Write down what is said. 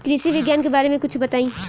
कृषि विज्ञान के बारे में कुछ बताई